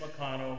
McConnell